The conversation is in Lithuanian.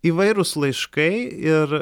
įvairūs laiškai ir